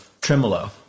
tremolo